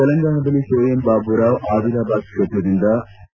ತೆಲಂಗಾಣದಲ್ಲಿ ಸೋಯಂ ಬಾಬುರಾವ್ ಆದಿಲಾಬಾದ್ ಕ್ಷೇತ್ರದಿಂದ ಡಾ